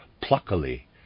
pluckily